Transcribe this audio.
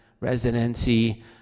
residency